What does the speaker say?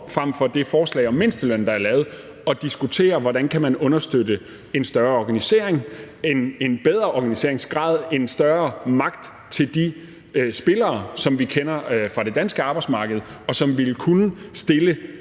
frem for det forslag om mindsteløn, der er lavet, at diskutere, hvordan man kan understøtte en større organisering, en bedre organiseringsgrad, en større magt til de spillere, som vi kender fra det danske arbejdsmarked, og som vil kunne stille